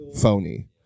phony